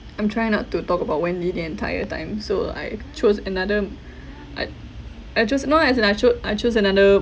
I'm trying not to talk about wendy the entire time so I chose another I I chose no as in I cho~ I chose another